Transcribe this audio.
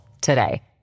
today